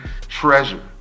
treasure